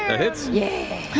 hits. yeah